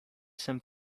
some